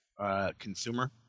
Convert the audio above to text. Consumer